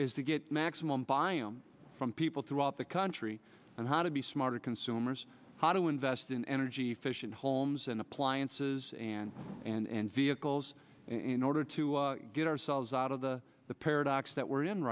is to get maximum biome from people throughout the country and how to be smarter consumers how to invest in energy efficient homes and appliances and and vehicles in order to get ourselves out of the the paradox that we're in